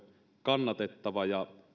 kannatettava ja